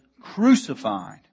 crucified